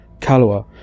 Kalua